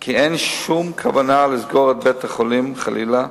כי אין שום כוונה לסגור את בית-החולים, חלילה,